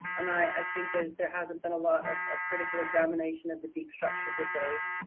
and i, i think there's there hasn't been a lot of of critical examination of the deep structures of those.